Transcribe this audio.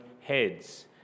heads